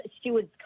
Stewards